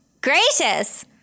gracious